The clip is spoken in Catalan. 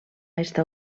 està